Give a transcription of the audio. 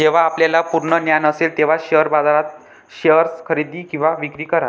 जेव्हा आपल्याला पूर्ण ज्ञान असेल तेव्हाच शेअर बाजारात शेअर्स खरेदी किंवा विक्री करा